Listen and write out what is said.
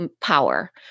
power